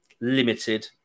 limited